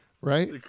right